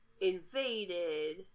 invaded